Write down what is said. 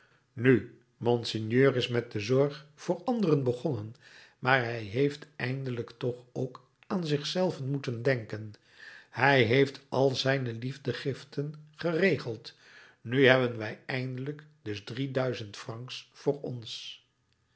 nu monseigneur is met de zorg voor anderen begonnen maar hij heeft eindelijk toch ook aan zich zelven moeten denken hij heeft al zijn liefdegiften geregeld nu hebben wij eindelijk dus drie duizend francs voor ons